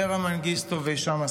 אברה מנגיסטו והישאם א-סייד.